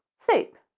soup.